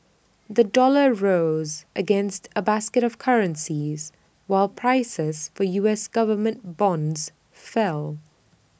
the dollar rose against A basket of currencies while prices for U S Government bonds fell